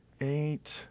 eight